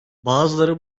bazıları